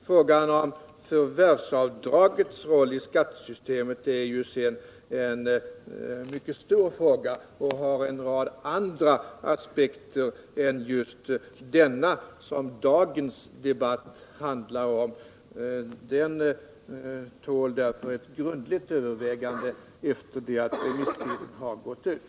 Förvärvsavdragets roll i skattesystemet är ju en mycket stor fråga och har en rad andra aspekter än just den som dagens debatt handlar om. Frågan tål därför ett grundligt övervägande efter det att remisstiden har gått ut.